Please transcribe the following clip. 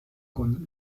con